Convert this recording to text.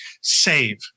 save